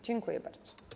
Dziękuję bardzo.